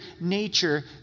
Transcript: nature